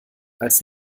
als